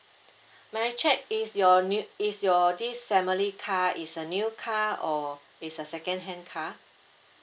may I check is your name is your this family car is a new car or is a second hand car